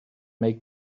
make